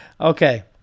Okay